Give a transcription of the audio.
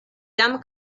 jam